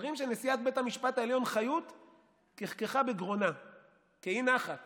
אומרים שנשיאת בית המשפט חיות כחכחה בגרונה באי נחת